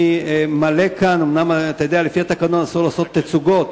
לפי התקנון אסור לעשות תצוגות,